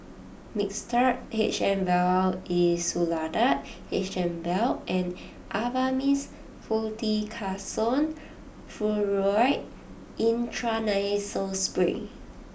Mixtard H M Vial Insulatard H M Vial and Avamys Fluticasone Furoate Intranasal Spray